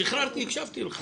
שחררתי הקשבתי לך.